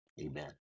Amen